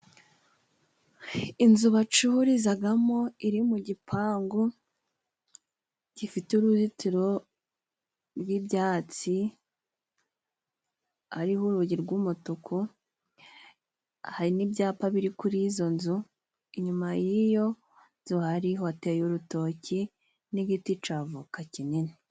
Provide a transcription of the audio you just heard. Inzu bacururizagamo iri mu gipangu gifite uruzitiro rw'ibyatsi, hariho urugi rw'umutuku hari n'ibyapa biri kuri izo nzu, inyuma y'iyo nzu hateye urutoki n'igiti c'avoka kinini.